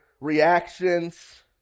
reactions